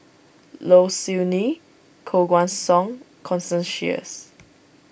Low Siew Nghee Koh Guan Song Constance Sheares